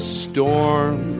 storm